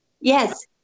Yes